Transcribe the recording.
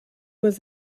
was